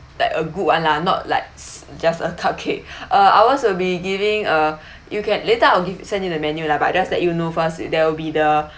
like a good [one] lah not like s~ just a cupcake uh ours will be giving uh you can later I'll give you send you the menu lah but just let you know first there will be the